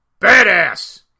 badass